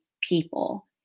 people